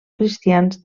cristians